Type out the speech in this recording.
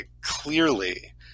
clearly